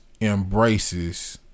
embraces